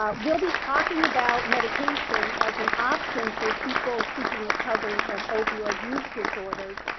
um we'll be talking about medication as an option for people seeking recovery from opioid use disorders.